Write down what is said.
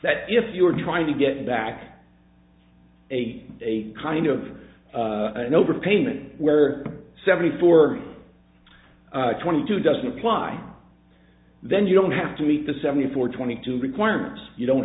that if you are trying to get back a kind of an overpayment where seventy four twenty two doesn't apply then you don't have to meet the seventy four twenty two requirements you